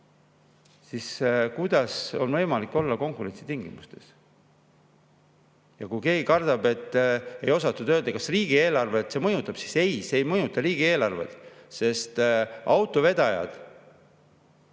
siis kuidas on võimalik olla konkurentsitingimustes? Ja kui keegi kardab, et ei osatud öelda, kas see mõjutab riigieelarvet, siis ei, see ei mõjuta riigieelarvet, sest autovedajad